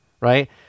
right